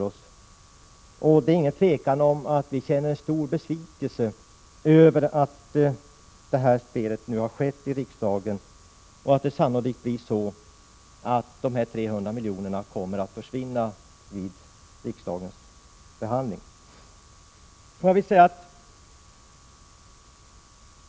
Otvivelaktigt känner vi stor besvikelse över det spel som nu bedrivits i riksdagen och över att dessa 300 milj.kr. kommer att försvinna efter riksdagens ställningstagande.